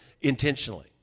intentionally